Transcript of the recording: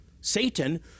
Satan